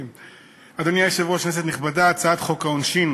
אדוני היושב-ראש, כנסת נכבדה, הצעת חוק העונשין